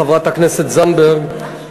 חברת הכנסת זנדברג,